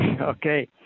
Okay